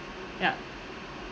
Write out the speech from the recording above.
ya